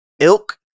ilk